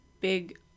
big